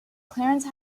clarence